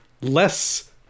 less